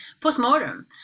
post-mortem